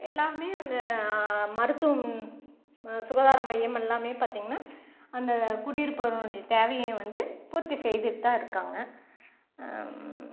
எல்லாமே அங்கே மருத்துவம் சுகாதார மையம் எல்லாமே பார்த்தீங்கன்னா அந்த குடி இருப்பவருனுடைய தேவையை வந்து பூர்த்தி செய்துகிட்டு தான் இருக்காங்க